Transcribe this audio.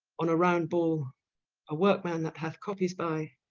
on a round ball a workeman that hath copies by,